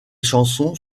chansons